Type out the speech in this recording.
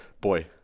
boy